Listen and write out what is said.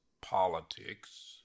politics